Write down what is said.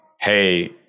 hey